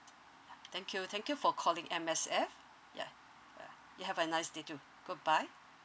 thank you thank you for calling M_S_F yeah you have a nice day too good bye